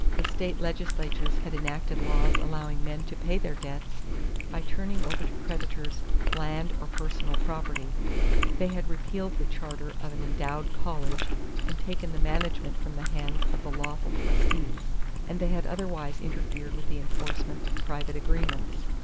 the state legislatures had enacted laws allowing men to pay their debts by turning over to creditors land or personal property they had repealed the charter of an endowed college and taken the management from the hands of the lawful trustees and they had otherwise interfered with the enforcement of private agreements.